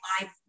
live